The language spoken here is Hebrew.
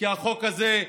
כי החוק הזה,